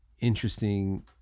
interesting